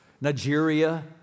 Nigeria